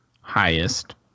highest